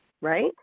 right